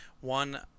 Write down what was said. One